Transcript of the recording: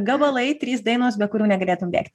gabalai trys dainos be kurių negalėtum bėgt